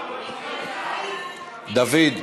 דוד,